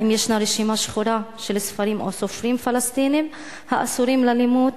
9. האם ישנה רשימה שחורה של ספרים או סופרים פלסטינים האסורים ללימוד?